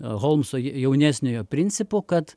holmso jaunesniojo principu kad